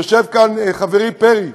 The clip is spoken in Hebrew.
יושב כאן חברי פרי,